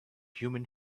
human